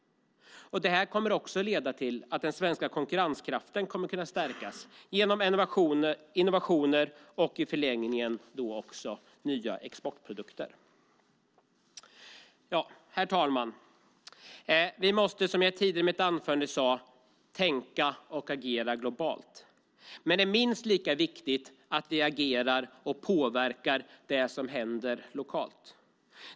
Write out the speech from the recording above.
Det kommer dessutom att leda till att den svenska konkurrenskraften kan stärkas genom innovationer och, i förlängningen, nya exportprodukter. Herr talman! Vi måste, som jag sade tidigare, tänka och agera globalt. Minst lika viktigt är dock att vi agerar, och påverkar det som händer, lokalt.